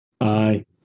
Aye